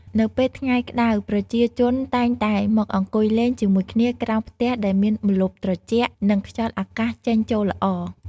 នៅពេលថ្ងៃក្តៅ ប្រជាជនតែងតែ មកអង្គុយលេង និយាយគ្នា ក្រោមផ្ទះដែលមានម្លប់ត្រជាក់ និងខ្យល់អាកាសចេញចូលល្អ ។